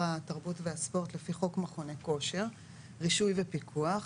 התרבות והספורט לפי חוק מכוני כושר (רישוי ופיקוח).